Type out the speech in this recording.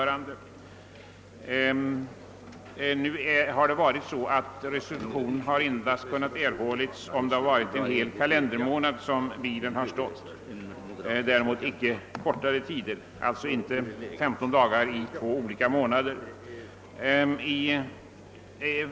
Hittills har restitution kunnat erhållas endast om bilen stått stilla en hel kalendermånad och alltså inte om den stått stilla femton dagar i två olika månader.